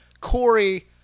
Corey